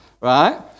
right